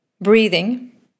Breathing